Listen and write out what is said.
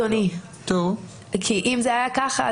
אם זה היה כך,